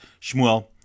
Shmuel